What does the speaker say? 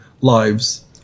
lives